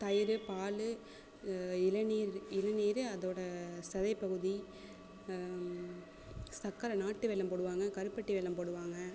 தயிர் பால் இளநீர் இளநீர் அதோட சதைப்பகுதி சக்கரை நாட்டு வெல்லம் போடுவாங்க கருப்பட்டி வெல்லம் போடுவாங்க